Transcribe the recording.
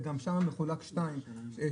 גם שם מחולק שני רחובות,